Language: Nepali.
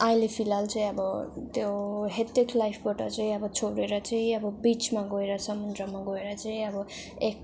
अहिले फिलहाल चाहिँ अब त्यो हेक्टिक लाइफबाट चाहिँ छोडेर चाहिँ अब बिचमा गएर समुद्रमा गएर चाहिँ अब एक